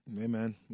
Amen